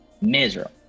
miserable